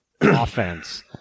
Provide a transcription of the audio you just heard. offense